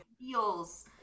feels